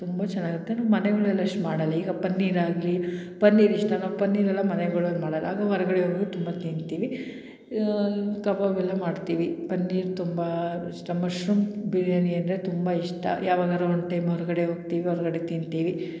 ತುಂಬ ಚೆನ್ನಾಗಿರುತ್ತೆ ನಾವು ಮನೆಗಳಲ್ಲಿ ಅಷ್ಟು ಮಾಡೋಲ್ಲ ಈಗ ಪನ್ನೀರ್ ಆಗಲಿ ಪನ್ನೀರ್ ಇಷ್ಟ ನಾವು ಪನ್ನೀರ್ ಎಲ್ಲ ಮನೆಗಳಲ್ಲಿ ಮಾಡೋಲ್ಲ ಆಗ ಹೊರಗಡೆ ಹೋಗಿ ತುಂಬ ತಿಂತೀವಿ ಕಬಾಬ್ ಎಲ್ಲ ಮಾಡ್ತೀವಿ ಪನ್ನೀರ್ ತುಂಬ ಇಷ್ಟ ಮಶ್ರೂಮ್ ಬಿರಿಯಾನಿ ಅಂದರೆ ತುಂಬ ಇಷ್ಟ ಯಾವಾಗಾರ ಒಂದು ಟೈಮ್ ಹೊರಗಡೆ ಹೋಗ್ತೀವಿ ಹೊರಗಡೆ ತಿಂತೀವಿ